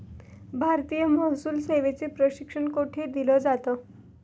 भारतीय महसूल सेवेचे प्रशिक्षण कोठे दिलं जातं?